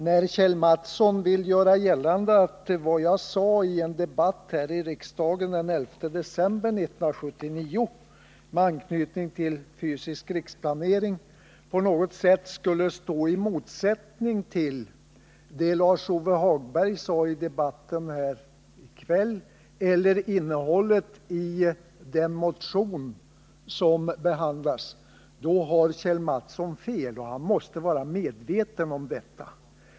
När Kjell Mattsson vill göra gällande att vad jag sade i en debatt i riksdagen den 11 december 1979 när det gällde fysisk riksplanering på något sätt skulle stå i ett motsattsförhållande till vad Lars-Ove Hagberg har sagt i debatten i kväll eller till innehållet i den motion som behandlas har han fel. Han måste också vara medveten om detta.